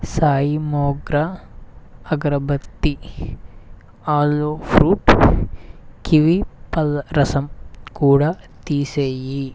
సాయి మోగ్రా అగరబత్తి ఆలో fruit kiwi పళ్ళ రసం కూడా తీసెయ్యి